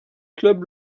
club